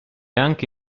anche